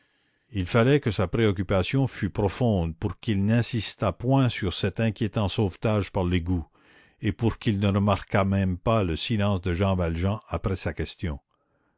il fallait que sa préoccupation fût profonde pour qu'il n'insistât point sur cet inquiétant sauvetage par l'égout et pour qu'il ne remarquât même pas le silence de jean valjean après sa question